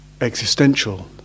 existential